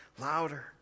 louder